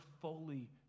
fully